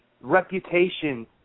reputation